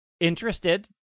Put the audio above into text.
Interested